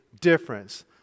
difference